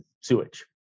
sewage